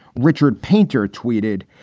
richard painter, tweeted.